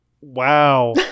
Wow